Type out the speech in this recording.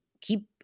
keep